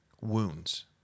Wounds